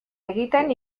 egiten